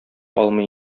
алмый